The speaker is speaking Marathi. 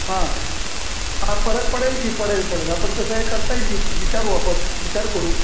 हा हा फरक पडेल की पडेल पडेल आपण तसं हे करता येईल की विचारू आपण विचार करू